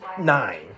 nine